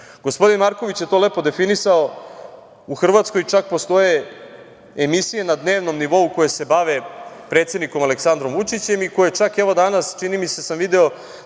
Gospodin Marković je to lepo definisao. U Hrvatskoj čak postoje emisije na dnevnom nivou koje se bave predsednikom Aleksandrom Vučićem i koje čak, evo danas, čini mi se da sam video